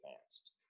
advanced